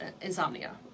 insomnia